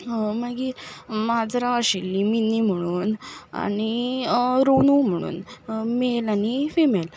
मागीर माजरां आशिल्लीं मिनी म्हुणून आनी रोनू म्हुणून मेल आनी फिमेल